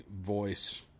voice